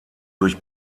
durch